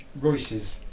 Royce's